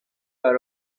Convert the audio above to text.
راهی